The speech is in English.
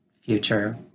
future